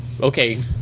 okay